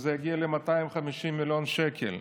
וזה יגיע ל-250 מיליון שקל.